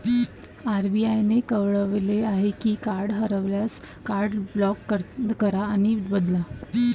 RBI ने कळवले आहे की कार्ड हरवल्यास, कार्ड ब्लॉक करा आणि बदला